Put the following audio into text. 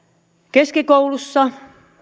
keskikoulussa